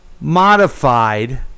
modified